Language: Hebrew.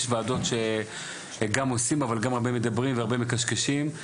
יש וועדות שגם עושים אבל גם הרבה מדברים והרבה מקשקשים,